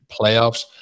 playoffs